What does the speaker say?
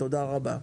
תודה רבה.